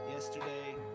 Yesterday